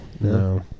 No